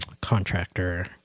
contractor